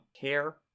care